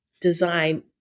design